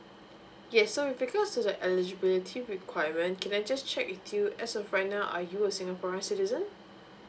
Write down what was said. yes so with regard to the eligibility requirement can I just check with you as of right now are you a singaporean citizen